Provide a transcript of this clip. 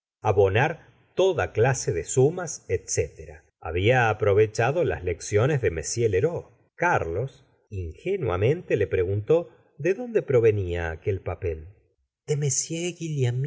abonar toda clase de sumas etcé tera había aprovechado las lecciones de m lheureux carlos ingenuamente le preguntó de dónde provenia aquel papel